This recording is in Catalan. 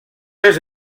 les